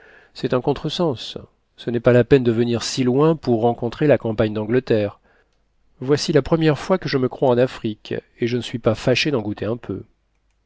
c'est un contre-sens ce n'est pas la peine de venir si loin pour rencontrer la campagne d'angleterre voici la première fois que je me crois en afrique et je ne suis pas fâché d'en goûter un peu